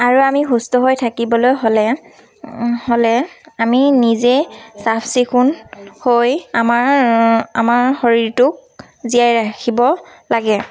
আৰু আমি সুস্থ হৈ থাকিবলৈ হ'লে হ'লে আমি নিজে চাফ চিকুণ হৈ আমাৰ আমাৰ শৰীৰটোক জীয়াই ৰাখিব লাগে